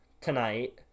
tonight